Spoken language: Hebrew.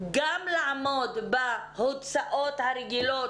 גם לעמוד בהוצאות הרגילות